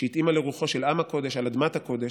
שהתאימה לרוחו של עם הקודש על אדמת הקודש,